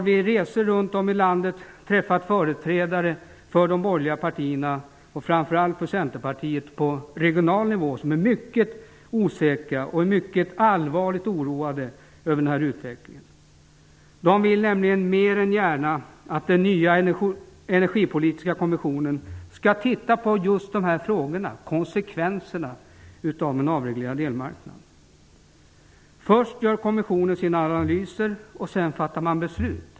På resor runt om i landet har vi träffat företrädare för de borgerliga partierna på regional nivå, framför allt för Centerpartiet, som är osäkra och allvarligt oroade över utvecklingen. De vill nämligen mer än gärna att den energipolitiska kommissionen skall titta närmare på just dessa frågor, på konsekvenserna av en avreglerad elmarknad. Först gör kommissionen sina analyser, och sedan fattar man beslut.